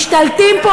משתלטים פה,